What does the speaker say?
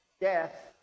Death